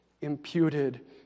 imputed